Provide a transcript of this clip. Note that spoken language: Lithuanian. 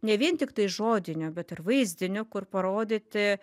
ne vien tiktai žodinių bet ir vaizdinių kur parodyti